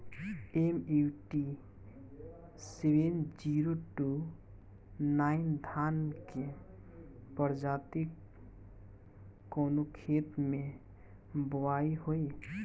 MUT seven zero two nine धान के प्रजाति कवने खेत मै बोआई होई?